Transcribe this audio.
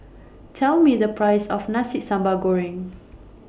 Tell Me The Price of Nasi Sambal Goreng